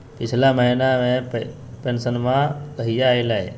पिछला महीना के पेंसनमा कहिया आइले?